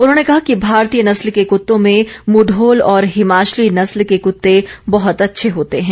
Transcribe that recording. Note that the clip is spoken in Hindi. उन्होंने कहा कि भारतीय नस्ल के कुत्तों में मुढोल और हिमाचली नस्ल के कुत्ते बहुत अच्छे होते हैं